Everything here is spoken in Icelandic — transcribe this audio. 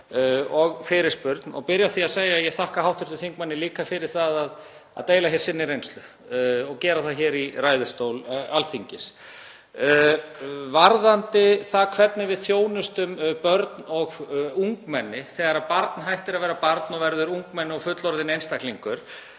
og fyrirspurn og byrja á því að segja að ég þakka hv. þingmanni líka fyrir að deila sinni reynslu hér í ræðustól Alþingis. Varðandi það hvernig við þjónustum börn og ungmenni, þegar barn hættir að vera barn, verður ungmenni og fullorðinn einstaklingur,